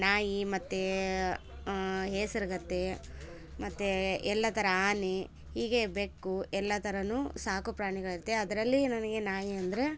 ನಾಯಿ ಮತ್ತೆ ಹೇಸರಗತ್ತೆ ಮತ್ತೆ ಎಲ್ಲ ಥರ ಆನೆ ಹೀಗೆ ಬೆಕ್ಕು ಎಲ್ಲ ಥರ ಸಾಕುಪ್ರಾಣಿಗಳಿರುತ್ತೆ ಅದರಲ್ಲಿ ನನಗೆ ನಾಯಿ ಅಂದರೆ